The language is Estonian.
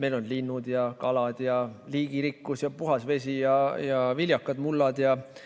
meil on linnud ja kalad ja liigirikkus ja puhas vesi ja viljakad mullad jne.